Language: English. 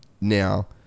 Now